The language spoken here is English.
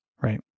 Right